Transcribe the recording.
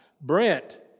Brent